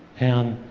and